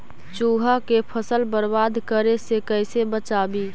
चुहा के फसल बर्बाद करे से कैसे बचाबी?